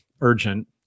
urgent